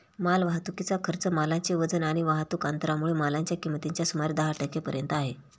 माल वाहतुकीचा खर्च मालाचे वजन आणि वाहतुक अंतरामुळे मालाच्या किमतीच्या सुमारे दहा टक्के पर्यंत आहे